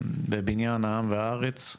בבניין העם והארץ.